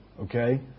Okay